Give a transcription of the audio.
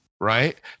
right